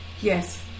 Yes